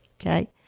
okay